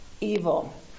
evil